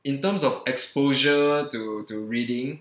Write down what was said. in terms of exposure to to reading